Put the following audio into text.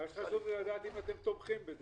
חשוב לדעת אם אתם תומכים בזה.